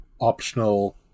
optional